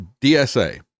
DSA